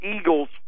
eagles